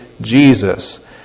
Jesus